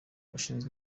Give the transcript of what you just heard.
ushinzwe